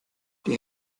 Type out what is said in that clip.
die